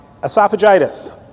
esophagitis